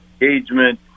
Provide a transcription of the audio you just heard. engagement